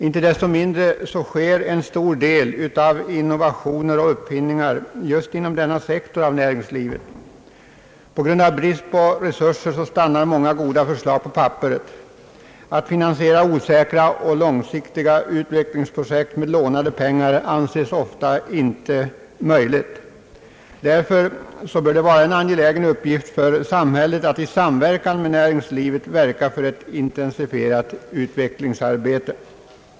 Inte desto mindre sker en stor del innovationer och uppfinningar just inom denna sektor av näringslivet. På grund av brist på resurser stannar många goda förslag på papperet. Att finansiera osäkra och långsiktiga utvecklingsprojekt med lånade pengar anses ofta inte möjligt. Därför bör det vara en angelägen uppgift för samhället att i samverkan med näringslivet verka för ett intensifierat utvecklingsarbete.